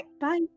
Bye